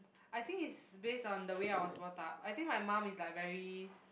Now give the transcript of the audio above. I think is based on the way I was brought up I think my mum is like very